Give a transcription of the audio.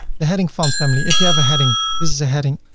the heading font family if you have a heading, this is a heading,